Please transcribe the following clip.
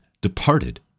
departed